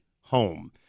home